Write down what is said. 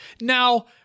Now